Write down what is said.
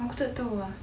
aku tak tahu ah